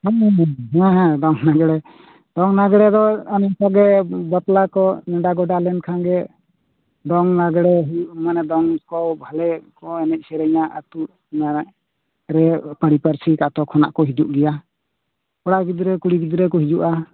ᱦᱮᱸ ᱦᱮᱸ ᱦᱮᱸ ᱫᱚᱝ ᱞᱟᱜᱽᱬᱮ ᱫᱚᱝ ᱞᱟᱜᱽᱬᱮᱸ ᱫᱚ ᱚᱱᱠᱟ ᱜᱮ ᱵᱟᱯᱞᱟ ᱠᱚ ᱱᱮᱸᱰᱟ ᱜᱚᱸᱰᱟ ᱞᱮᱱ ᱠᱷᱟᱱ ᱜᱮ ᱫᱚᱝ ᱞᱟᱜᱽᱬᱮᱸ ᱦᱩᱭᱩᱜ ᱢᱟᱱᱮ ᱫᱚᱝ ᱠᱚ ᱵᱷᱟᱞᱮ ᱠᱚ ᱮᱱᱮᱡ ᱥᱮᱨᱮᱧᱟ ᱟᱹᱛᱩ ᱨᱮ ᱯᱟᱹᱨᱤ ᱯᱟᱹᱨᱥᱤᱠ ᱟᱹᱛᱩ ᱠᱷᱚᱱᱟᱜ ᱠᱚ ᱦᱤᱡᱩᱜ ᱜᱮᱭᱟ ᱠᱚᱲᱟ ᱜᱤᱫᱽᱨᱟᱹ ᱠᱩᱲᱤ ᱜᱤᱫᱽᱨᱟᱹ ᱠᱚ ᱦᱤᱡᱩᱜ ᱟ